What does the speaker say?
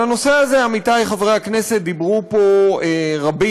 על הנושא הזה, עמיתי חברי הכנסת, דיברו פה רבים,